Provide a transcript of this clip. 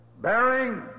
Bearing